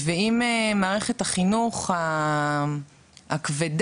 אם מערכת החינוך הכבדה,